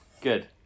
good